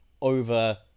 over